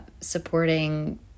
supporting